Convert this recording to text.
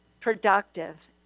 productive